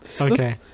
Okay